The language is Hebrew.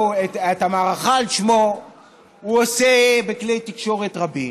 את המערכה על שמו הוא עושה בכלי תקשורת רבים.